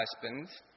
husbands